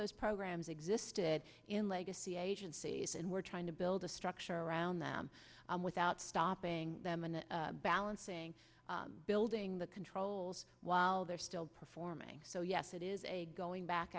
those programs existed in legacy agencies and we're trying to build a structure around them without stopping them and then balancing building the controls while they're still performing so yes it is going back